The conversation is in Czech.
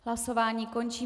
Hlasování končím.